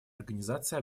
организации